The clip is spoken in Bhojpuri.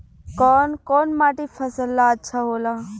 कौन कौनमाटी फसल ला अच्छा होला?